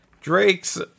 Drake's